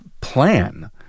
plan